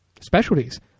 specialties